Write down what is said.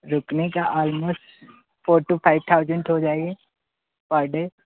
रुकने का almost four to five thousand हो जाएगा पर डे